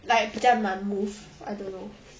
like 比较难 move I don't know